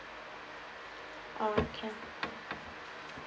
uh can